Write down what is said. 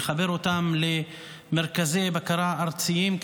ולחבר אותם למרכזי בקרה ארציים,